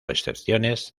excepciones